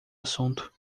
assunto